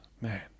Man